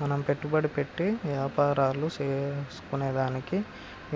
మనం పెట్టుబడి పెట్టి యాపారాలు సేసుకునేదానికి